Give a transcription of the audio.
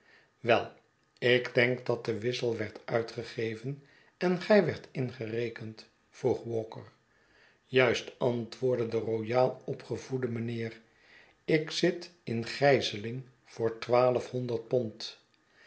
wel ik denk dat de wissel werd uitgegeven en gij werdt ingerekend vroeg walker juist antwoordde de royaal opgevoede meneer ik zit in gijzeling voor